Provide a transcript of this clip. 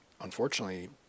unfortunately